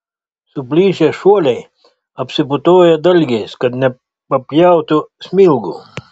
suplyšę šuoliai apsiputoja dalgiais dar nepapjautų smilgų